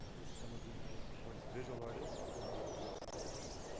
which some of you know supports visual artists within the residency context,